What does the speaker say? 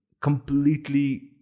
completely